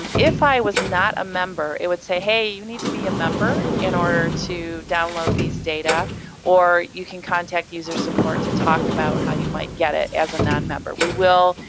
um if i was not a member, it would say, hey you need to be a member in order to download these data or you can contact user support to talk about how you might get it as a non-member. we will,